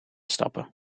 stappen